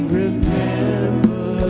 remember